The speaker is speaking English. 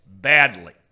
badly